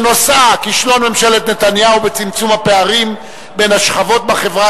שנושאה: כישלון ממשלת נתניהו בצמצום הפערים בין השכבות בחברה